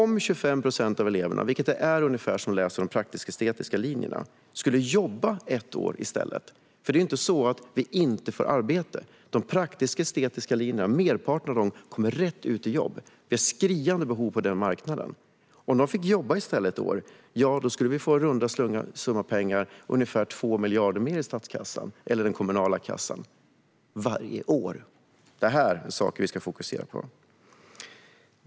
Merparten av dem som går de praktisk-estetiska linjerna kommer rätt ut i jobb, och det finns ett skriande behov på marknaden. Om 25 procent av eleverna, vilket är den ungefärliga andelen som läser dessa program, i stället skulle jobba ett år skulle vi i runda slängar få ytterligare 2 miljarder i statskassan eller den kommunala kassan - varje år! Det här är saker som vi ska fokusera på.